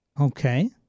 Okay